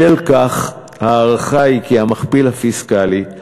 בשל כך ההערכה היא כי המכפיל הפיסקלי,